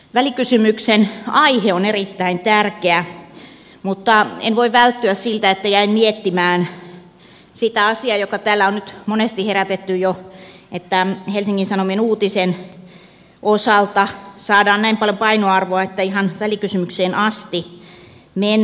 välikysymyksen aihe on erittäin tärkeä mutta en voi välttyä siltä että jäin miettimään sitä asiaa joka täällä on nyt monesti herätetty jo että helsingin sanomien uutisen osalta saadaan näin paljon painoarvoa että ihan välikysymykseen asti mennään